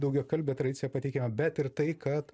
daugiakalbė tradicija pateikiama bet ir tai kad